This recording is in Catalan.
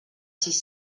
sis